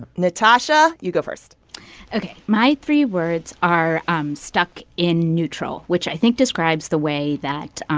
nitasha, you go first ok. my three words are um stuck in neutral, which i think describes the way that,